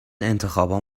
انتخابهام